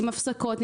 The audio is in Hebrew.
עם הפסקות,